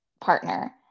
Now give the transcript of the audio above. partner